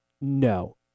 No